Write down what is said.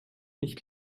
nicht